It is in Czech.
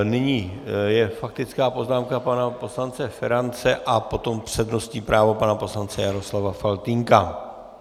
Nyní je faktická poznámka pana poslance Ferance a potom přednostní právo pana poslance Jaroslava Faltýnka.